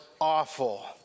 awful